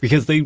because they